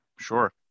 sure